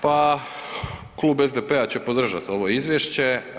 Pa Klub SDP-a će podržati ovo Izvješće.